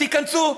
תיכנסו.